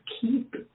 keep